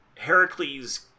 heracles